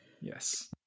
yes